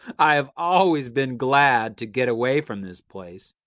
i have always been glad to get away from this place,